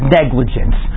negligence